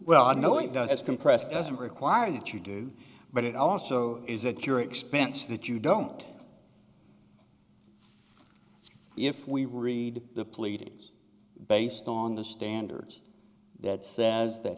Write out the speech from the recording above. well i know it does compress doesn't require that you do but it also is it your expense that you don't if we read the pleadings based on the standards that says that